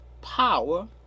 power